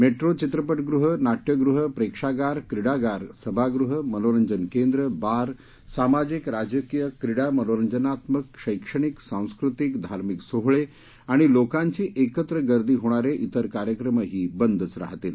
metro चित्रपटगृह नाट्यगृह प्रेक्षागार क्रीडागार सभागृह मनोरंजन केंद्र बार सामाजिक राजकीय क्रीडा मनोरंजनात्मक शैक्षणिक सांस्कृतिक धार्मिक सोहळे आणि लोकांची एकत्र गर्दी होणारे तिर कार्यक्रमही बंदच राहतील